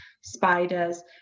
spiders